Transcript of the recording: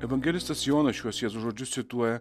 evangelistas jonas šiuos jėzaus žodžius cituoja